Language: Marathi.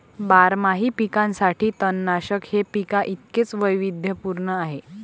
बारमाही पिकांसाठी तणनाशक हे पिकांइतकेच वैविध्यपूर्ण आहे